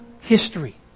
history